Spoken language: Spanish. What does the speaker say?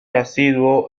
asiduo